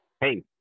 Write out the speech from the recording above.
hey